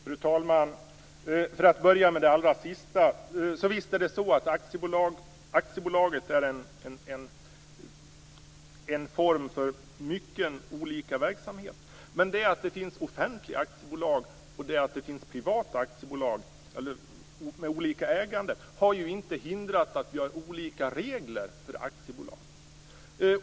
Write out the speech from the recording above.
Fru talman! För att börja med det allra sista: Visst är det så att aktiebolag är en form för mycket olika verksamheter. Men detta att det finns offentliga aktiebolag och att det finns privata aktiebolag med olika ägande har ju inte hindrat att vi har olika regler för aktiebolag.